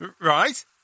Right